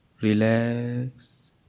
relax